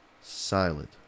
silent